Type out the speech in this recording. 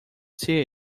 see